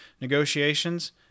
negotiations